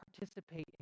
participate